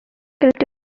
guilty